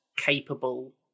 capable